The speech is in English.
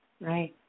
Right